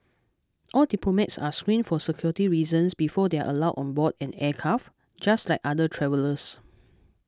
all diplomats are screened for security reasons before they are allowed on board an aircraft just like other travellers